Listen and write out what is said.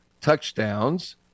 touchdowns